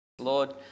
Lord